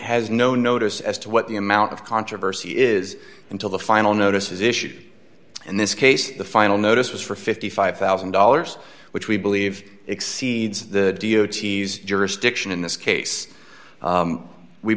has no notice as to what the amount of controversy is until the final notice is issued and this case the final notice was for fifty five thousand dollars which we believe exceeds the deity's jurisdiction in this case